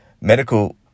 medical